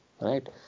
right